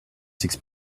six